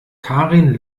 karin